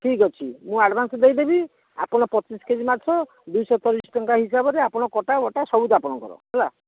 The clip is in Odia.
ଠିକ୍ ଅଛି ମୁଁ ଆଡ଼ଭାନ୍ସ ଦେଇଦେବି ଆପଣ ପଚିଶ କେଜି ମାଛ ଦୁଇଶହ ଚଳିଶ ଟଙ୍କା ହିସାବରେ ଆପଣ କଟାବଟା ସବୁ ଆପଣଙ୍କର ହେଲା